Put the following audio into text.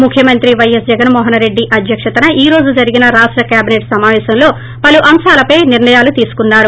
ముఖ్యమంత్రి పైఎస్ జగన్మోహన్ రెడ్డి అధ్యక్షతన ఈరోజు జరిగిన రాష్ట కేబిసెట్ సమాపేశంలో పలు అంశాలపై నిర్లయం తీసుకున్నారు